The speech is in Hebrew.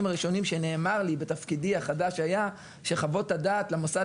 הראשונים שנאמר לי בתפקידי החדש שהיה שחוות הדעת למוסד